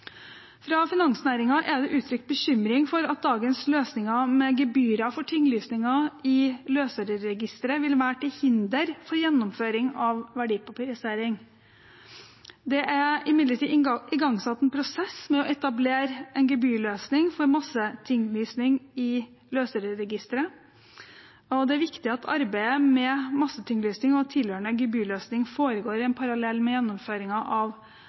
Fra finansnæringen er det uttrykt bekymring for at dagens løsninger med gebyrer for tinglysninger i Løsøreregistret vil være til hinder for gjennomføring av verdipapirisering. Det er imidlertid igangsatt en prosess med å etablere en gebyrløsning for massetinglysning i Løsøreregisteret. Det er viktig at arbeidet med massetinglysning og tilhørende gebyrløsning foregår parallelt med gjennomføringen av verdipapiriseringsforordningen i